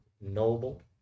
noble